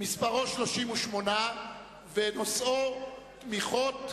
הוא סעיף התיירות,